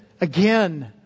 again